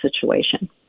situation